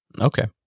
Okay